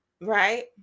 right